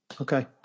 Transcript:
Okay